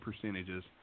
percentages